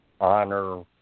honor